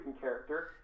character